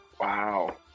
Wow